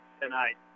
tonight